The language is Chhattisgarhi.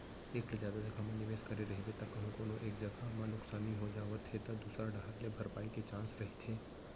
एक ले जादा जघा म निवेस करे रहिबे त कहूँ कोनो एक जगा म नुकसानी हो जावत हे त दूसर डाहर ले भरपाई के चांस रहिथे